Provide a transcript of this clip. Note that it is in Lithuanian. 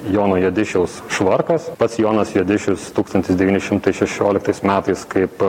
jono juodišiaus švarkas pats jonas juodišius tūkstantis devyni šimtai šešioliktais metais kaip